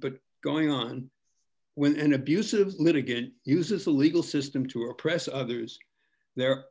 but going on when an abusive litigant uses the legal system to oppress others there